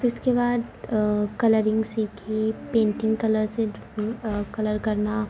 پھر اس کے بعد کلرنگ سیکھی پینٹنگ کلر سے کلر کرنا